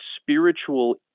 spiritual